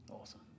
awesome